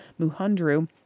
Muhundru